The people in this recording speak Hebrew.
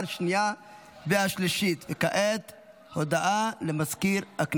שמונה בעד, אין מתנגדים.